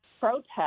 protest